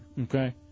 Okay